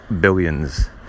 billions